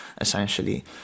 essentially